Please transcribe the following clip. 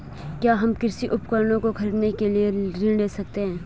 क्या हम कृषि उपकरणों को खरीदने के लिए ऋण ले सकते हैं?